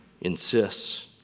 insists